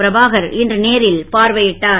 பிரபாகர் இன்று நேரில் பார்வையிட்டார்